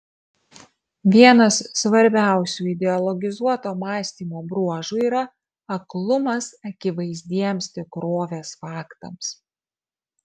vienas svarbiausių ideologizuoto mąstymo bruožų yra aklumas akivaizdiems tikrovės faktams